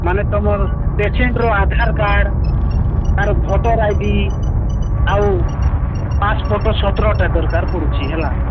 ମାନେ ତୁମର ପେସେଣ୍ଟର ଆଧାର କାର୍ଡ୍ ତାର ଭୋଟର ଆଇ ଡି ଆଉ ପାସ୍ ଫଟୋ ସତରଟା ଦରକାର ପଡ଼ୁଛି ହେଲା